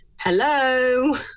Hello